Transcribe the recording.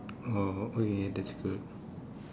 oh okay that's good